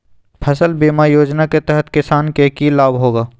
फसल बीमा योजना के तहत किसान के की लाभ होगा?